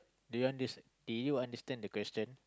do you understand did you understand the question